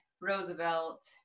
Roosevelt